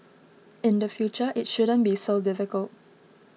in the future it shouldn't be so difficult